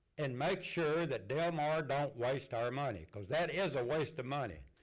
and make sure that del mar don't waste our money. cause that is a waste of money.